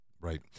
right